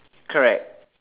correct